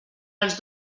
els